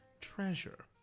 treasure